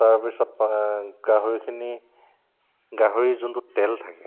তাৰপিছত গাহৰিখিনি গাহৰি যোনটো তেল থাকে